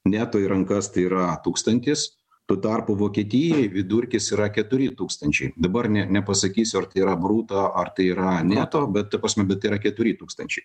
neto į rankas tai yra tūkstantis tuo tarpu vokietijoj vidurkis yra keturi tūkstančiai dabar ne nepasakysiu ar tai yra bruto ar tai yra neto bet ta prasme bet tai yra keturi tūkstančiai